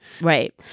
Right